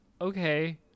Okay